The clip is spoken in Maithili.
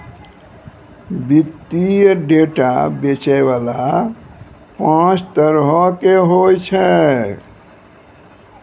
वित्तीय डेटा बेचै बाला पांच तरहो के होय छै